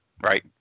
right